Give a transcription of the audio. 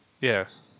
Yes